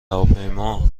هواپیما